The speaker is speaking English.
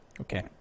Okay